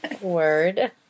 word